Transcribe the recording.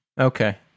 Okay